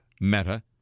Meta